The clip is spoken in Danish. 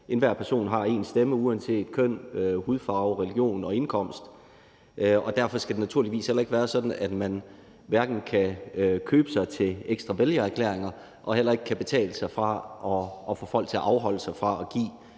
enhver person har en stemme uanset køn, hudfarve, religion og indkomst. Derfor skal det naturligvis heller ikke være sådan, at man kan købe sig til ekstra vælgererklæringer eller betale folk for at afholde sig fra at give